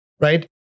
right